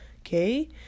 okay